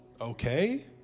Okay